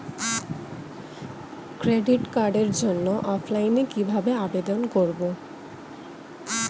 Credit কার্ডের জন্য অফলাইনে কিভাবে আবেদন করব?